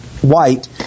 white